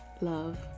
Love